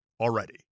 already